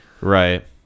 right